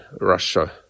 Russia